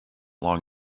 long